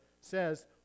says